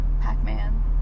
pac-man